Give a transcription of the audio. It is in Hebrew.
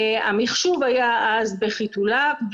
מחשוב כל התוכניות היה אז בחיתוליו.